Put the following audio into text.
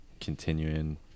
continuing